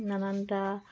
নানানটা